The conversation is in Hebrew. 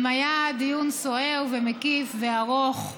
היה דיון סוער, מקיף וארוך,